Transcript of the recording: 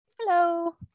Hello